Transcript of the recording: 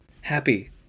Happy